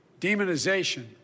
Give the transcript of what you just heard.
demonization